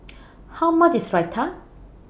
How much IS Raita